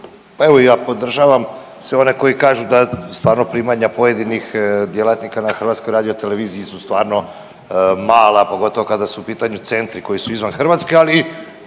Pa evo ja podržavam sve one koji kažu da stvarno primanja pojedinih djelatnika na HRT-u su stvarno mala, pogotovo kada su u pitanju centri koji su izvan Hrvatske, ali